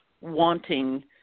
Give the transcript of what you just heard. wanting